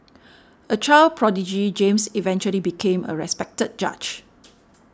a child prodigy James eventually became a respected judge